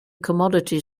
commodity